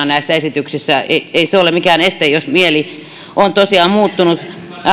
näissä esityksissä ei ei se ole mikään este jos mieli on tosiaan muuttunut